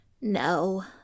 No